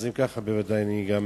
אז אם כך, בוודאי אני גם